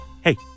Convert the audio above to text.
Hey